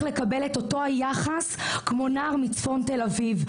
לקבל את אותו היחס כמו נער מצפון תל אביב.